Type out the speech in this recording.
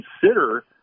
consider